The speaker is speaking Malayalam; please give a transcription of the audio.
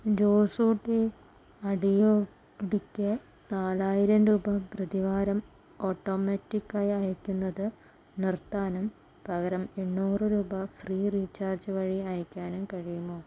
ജോസൂട്ടി അടിയോടിക്ക് നാലായിരം രൂപ പ്രതിവാരം ഓട്ടോമാറ്റിക്കായി അയയ്ക്കുന്നത് നിർത്താനും പകരം എണ്ണൂറ് രൂപ ഫ്രീ റീചാർജ് വഴി അയയ്ക്കാനും കഴിയുമോ